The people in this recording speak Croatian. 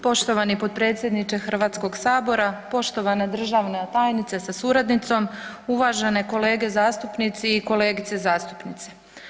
Poštovani potpredsjedniče Hrvatskoga sabora, poštovana državna tajnice sa suradnicom, uvažene kolege zastupnici i kolegice zastupnice.